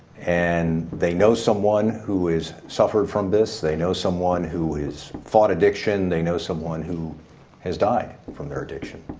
and they know someone who has suffered from this. they know someone who has fought addiction. they know someone who has died from their addiction.